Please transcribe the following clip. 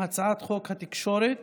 הצעת חוק התקשורת